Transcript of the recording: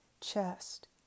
chest